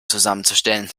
zusammenzustellen